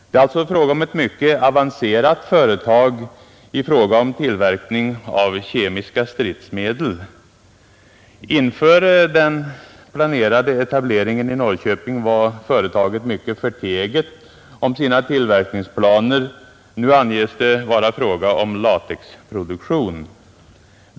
Det är alltså fråga om ett mycket avancerat företag när det gäller tillverkning av kemiska stridmedel. Inför den planerade etableringen i Norrköping var företaget mycket förteget om sina tillverkningsplaner. Nu anges det vara fråga om latexproduktion.